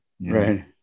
Right